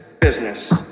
Business